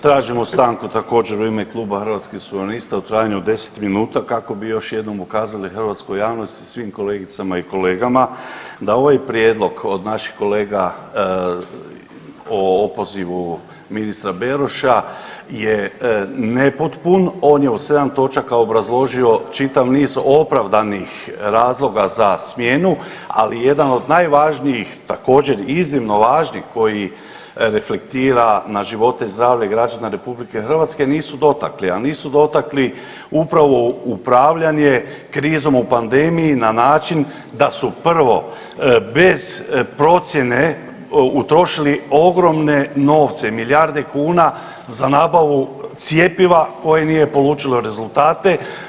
Tražimo stanku također u ime Kluba Hrvatskih suverenista u trajanju od 10 minuta kako bi još jednom ukazali hrvatskoj javnosti i svim kolegicama i kolegama da ovaj prijedlog od naših kolega o opozivu ministra Beroša je nepotpun, on je od 7 točaka obrazložio čitav niz opravdanih razloga za smjenu, ali jedan od najvažnijih, također iznimno važni koji reflektira na živote i zdravlje građana RH nisu dotakli, a nisu dotakli upravo upravljanje krizom u pandemiji na način da su prvo bez procjene utrošili ogromne novce, milijarde kuna za nabavu cjepiva koje nije polučilo rezultate.